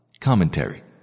Commentary